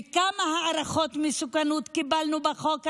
וכמה הערכות מסוכנות קיבלנו בחוק הזה?